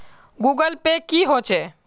Google Pay की होचे?